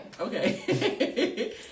Okay